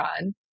on